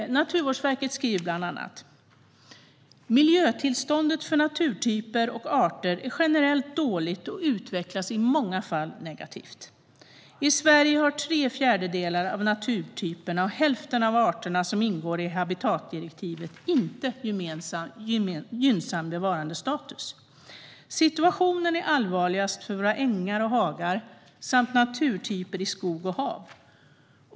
Naturvårdsverket skriver bland annat: "Miljötillståndet för naturtyper och arter är generellt dåligt och utvecklas i många fall negativt. I Sverige har tre fjärdedelar av naturtyperna och hälften av arterna som ingår i habitatdirektivet inte gynnsam bevarandestatus. Situationen är allvarligast för våra ängar och hagar samt naturtyper i skog och hav.